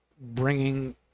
bringing